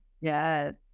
Yes